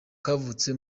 kavutse